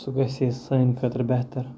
سُہ گژھِ ہے سانہِ خٲطرٕ بہتر